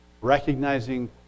Recognizing